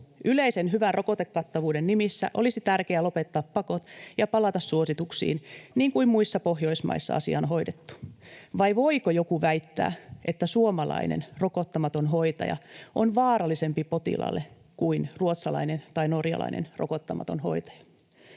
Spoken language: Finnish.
Yleisen hyvän rokotekattavuuden nimissä olisi tärkeää lopettaa pakot ja palata suosituksiin, niin kuin muissa Pohjoismaissa asia on hoidettu. Vai voiko joku väittää, että suomalainen rokottamaton hoitaja on vaarallisempi potilaalle kuin ruotsalainen tai norjalainen rokottamaton hoitaja?